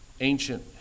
ancient